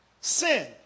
Sin